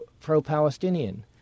pro-Palestinian